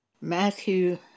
Matthew